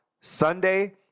Sunday